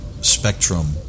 spectrum